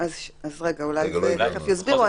תכף יסבירו.